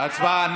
הצבעה.